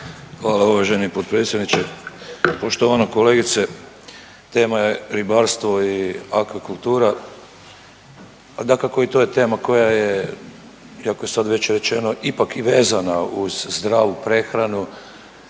Hvala uvaženi potpredsjedniče. Poštovana kolegice, tema je ribarstvo i akvakultura, a dakako to je tema koja je iako je sad već rečeno ipak i vezana uz zdravu prehranu